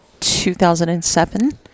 2007